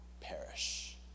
perish